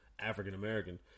African-American